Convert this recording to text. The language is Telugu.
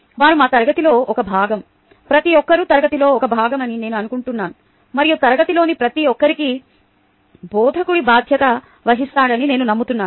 వారు మా తరగతిలో ఒక భాగం ప్రతి ఒక్కరూ తరగతిలో ఒక భాగమని నేను అనుకుంటున్నాను మరియు తరగతిలోని ప్రతి ఒక్కరికీ బోధకుడు బాధ్యత వహిస్తాడని నేను నమ్ముతున్నాను